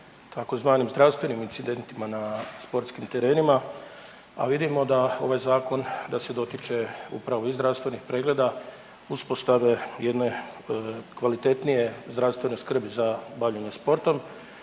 tzv. zdravstvenim incidentima na sportskim terenima, a vidimo da ovaj Zakon, da se dotiče upravo i zdravstvenih pregleda, uspostave jedne kvalitetnije zdravstvene skrbi za bavljenje sportom,